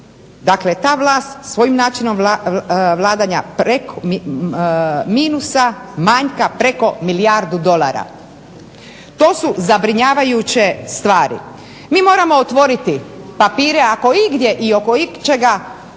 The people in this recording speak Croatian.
dakle ta vlast svojim načinom vladanja preko minusa manjka preko milijardu dolara. To su zabrinjavajuće stvari. Mi moramo otvoriti papire ako igdje i oko ičega